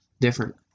different